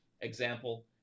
example